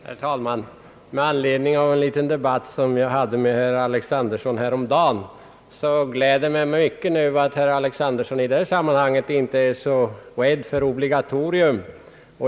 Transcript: Herr talman! Med anledning av en liten debatt som jag häromdagen hade med herr Alexanderson gläder det mig mycket att herr Alexanderson i detta sammanhang inte är så rädd för ett obligatorium.